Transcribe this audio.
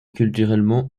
culturellement